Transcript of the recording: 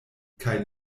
kaj